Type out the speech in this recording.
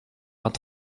vingt